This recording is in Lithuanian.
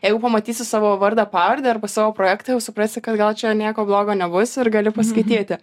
jeigu pamatysiu savo vardą pavardę arba savo projektą jau suprasi kad gal čia nieko blogo nebus ir gali paskaityti